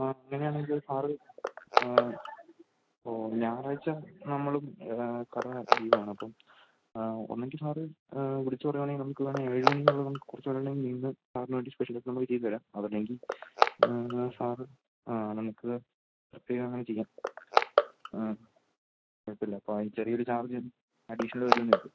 ആ അങ്ങനെ ആണെങ്കിൽ സാറ് ഓ ഞായറാഴ്ച്ച നമ്മളും കുറവാണ് ലീവാണപ്പം ഒന്നെങ്കിൽ സാറ് വിളിച്ചു പറയാണെങ്കിൽ നമുക്ക് വേണേൽ ഏഴ് മണി എന്നുള്ളത് നമുക്ക് കുറച്ചൂടെ വീണ്ടും സാർന് വേണ്ടി സ്പെഷ്യലായിട്ട് നമുക്ക് ചെയ്ത് തരാം അതല്ലെങ്കിൽ സാറ് നമുക്ക് പ്രത്യേകം അങ്ങനെ ചെയ്യാം കുഴപ്പമില്ല ചെറിയൊരു ചാർജ്ജ് അഡീഷൻൽ വരുമെന്നെയുള്ളു